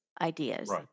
ideas